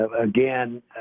again